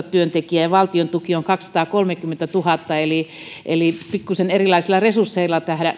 työntekijää ja valtion tuki on kaksisataakolmekymmentätuhatta eli eli pikkusen erilaisilla resursseilla tehdään